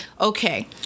Okay